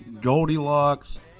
Goldilocks